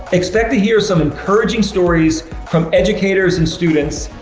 expect to hear some encouraging stories from educators and students,